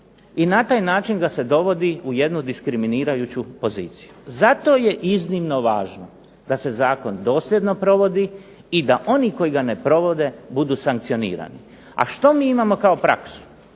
i na taj način ga se dovodi u jednu diskriminirajuću poziciju. Zato je iznimno važno da se zakon dosljedno provodi i da oni koji ga ne provode budu sankcionirani. A što mi imamo kao praksu?